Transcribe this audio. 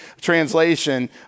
translation